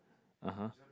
(uh huh)